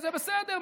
זה בסדר,